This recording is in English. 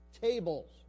tables